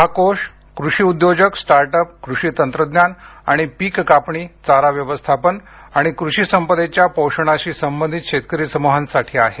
हा कोष कृषि उद्योजक स्टार्टअप कृषि तंत्रज्ञान आणि पिक कापणी चारा व्यवस्थापन आणि कृषी संपदेच्या पोषणाशी संबंधित शेतकरी समूहांसाठी आहे